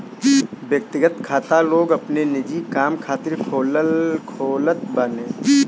व्यक्तिगत खाता लोग अपनी निजी काम खातिर खोलत बाने